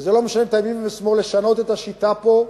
וזה לא משנה לימין ולשמאל, לשנות את השיטה פה,